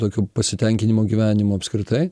tokiu pasitenkinimo gyvenimu apskritai